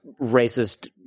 racist